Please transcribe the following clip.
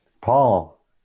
paul